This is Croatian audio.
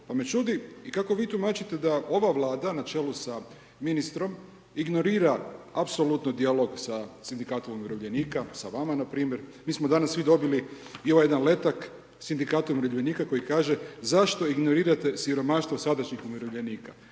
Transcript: pa me čudi i kako vi tumačite da ova Vlada na čelu sa ministrom, ignorira apsolutno dijalog sa Sindikatom umirovljenika, sa vama, na primjer? Mi smo danas svi dobili i ovaj jedan letak Sindikata umirovljenika, koji kaže Zašto ignorirate siromaštvo sadašnjih umirovljenika?